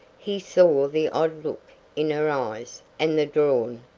he saw the odd look in her eyes and the drawn,